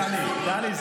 טלי,